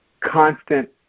constant